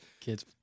Kids